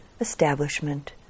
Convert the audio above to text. establishment